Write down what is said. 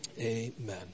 Amen